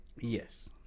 Yes